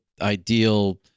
ideal